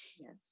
Yes